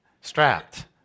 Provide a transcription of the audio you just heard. strapped